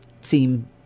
seem